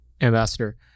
Ambassador